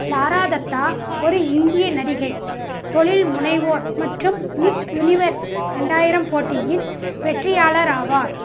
Laura Dutta ஒரு இந்திய நடிகை தொழில் முனைவோர் மற்றும் மிஸ் யுனிவர்ஸ் ரெண்டாயிரம் போட்டியின் வெற்றியாளர் ஆவார்